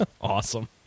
Awesome